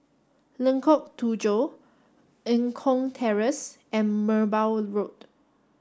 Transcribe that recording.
Lengkok Tujoh Eng Kong Terrace and Merbau Road